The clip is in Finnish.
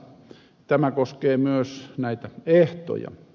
tämä koskee myös näitä ehtoja